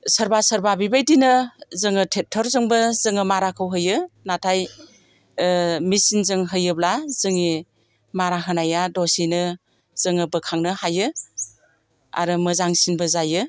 सोरबा सोरबा बेबायदिनो जोङो ट्रेक्टरजोंबो जोङो माराखौ होयो नाथाय मेचिनजों होयोब्ला जोंनि मारा होनाया दसेनो जोङो बोखांनो हायो आरो मोजांसिनबो जायो